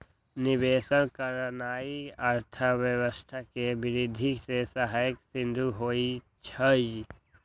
निवेश करनाइ अर्थव्यवस्था के वृद्धि में सहायक सिद्ध होइ छइ